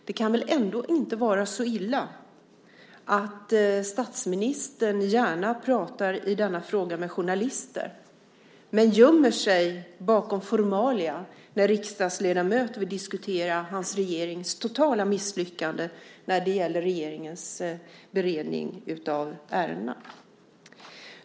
Det kan väl ändå inte vara så illa att statsministern gärna pratar i denna fråga med journalister men gömmer sig bakom formalia när riksdagsledamöter vill diskutera hans regerings totala misslyckande när det gäller regeringens beredning av ärendena?